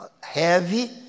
Heavy